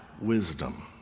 wisdom